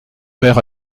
mère